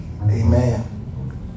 amen